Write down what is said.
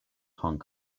hong